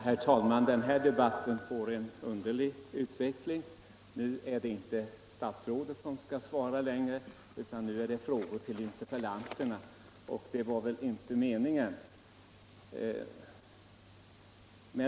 Herr talman! Den här debatten utvecklas underligt. Nu är det inte statsrådet som skall svara längre, utan nu gäller det frågor till interpellanterna, och det var väl inte meningen.